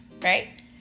right